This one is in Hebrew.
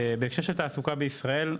בהקשר לתעסוקה בישראל,